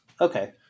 Okay